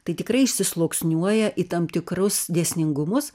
tai tikrai išsisluoksniuoja į tam tikrus dėsningumus